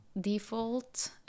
default